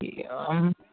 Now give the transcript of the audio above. এই